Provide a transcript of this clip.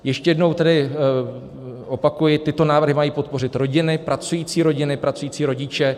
Ještě jednou tedy opakuji, tyto návrhy mají podpořit rodiny, pracující rodiny, pracující rodiče.